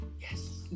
yes